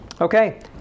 Okay